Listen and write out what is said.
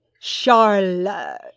Charlotte